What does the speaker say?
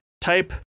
type